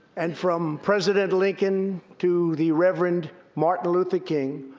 and from president lincoln to the reverend martin luther king,